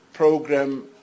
program